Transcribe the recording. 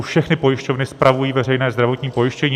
Všechny pojišťovny spravují veřejné zdravotní pojištění.